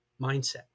mindset